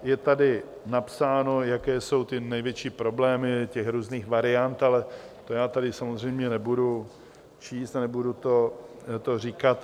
Je tady napsáno, jaké jsou ty největší problémy těch různých variant, ale to já tady samozřejmě nebudu číst a nebudu to říkat.